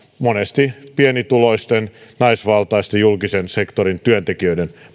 monesti pienituloisten naisvaltaisten julkisen sektorin työntekijöiden